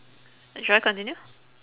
shall I continue